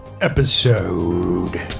episode